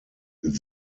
brand